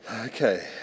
Okay